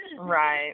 Right